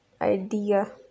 Idea